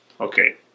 Okay